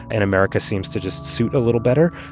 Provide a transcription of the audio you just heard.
and america seems to just suit a little better.